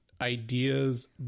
ideas